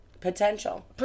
potential